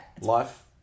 Life